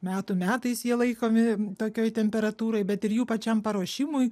metų metais jie laikomi tokioj temperatūroj bet ir jų pačiam paruošimui